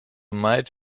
might